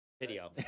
video